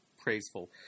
praiseful